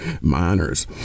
Miners